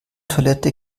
toilette